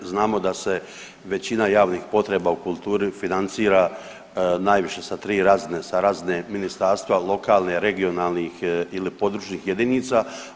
Znamo da se većina javnih potreba u kulturi financira najviše sa tri razine, sa razine ministarstva, lokalne, regionalnih ili područnih jedinica.